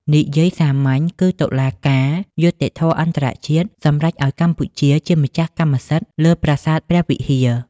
និយាយសាមញ្ញគឺ តុលាការយុត្តិធម៌អន្តរជាតិ សម្រេចឱ្យកម្ពុជាជាម្ចាស់កម្មសិទ្ធិលើប្រាសាទព្រះវិហារ។